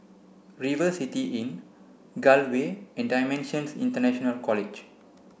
River City Inn Gul Way and DIMENSIONS International College